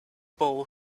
bowl